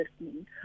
listening